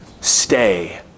Stay